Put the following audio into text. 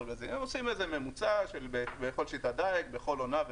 הם עושים ממוצע בכל שיטת דייג, בכל עונה.